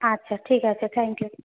আচ্ছা ঠিক আছে থ্যাংক ইউ